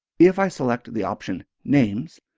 if i select the option names,